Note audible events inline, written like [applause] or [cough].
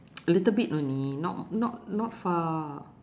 [noise] a little bit only not not not far